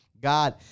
God